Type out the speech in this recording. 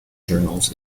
journals